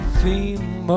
theme